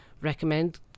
recommend